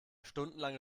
stundenlange